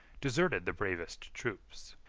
deserted the bravest troops,